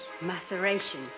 Maceration